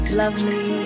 lovely